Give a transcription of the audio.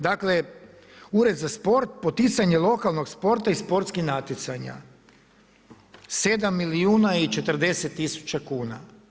Dakle Ured za sporta, poticanje lokalnog sporta i sportskih natjecanja 7 milijuna i 40 tisuća kuna.